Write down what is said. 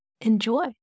enjoy